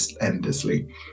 Endlessly